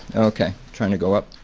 okay. trying to go up,